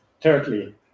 Thirdly